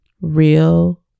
real